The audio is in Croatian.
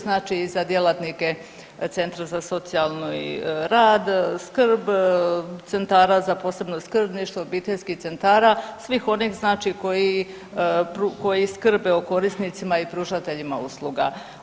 Znači i za djelatnike centra za socijalni rad, skrbi, centara za posebno skrbništvo, obiteljskih centara, svi onih znači koji, koji skrbe o korisnicima i pružateljima usluga.